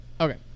Okay